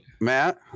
matt